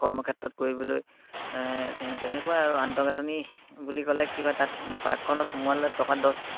কৰ্মক্ষেত্ৰত কৰিবলৈ তে তেনেকুৱাই আৰু আন্তঃগাঁথনি বুলি ক'লে কি হয় তাত পাৰ্কখনত সোমোৱালে টকা দছ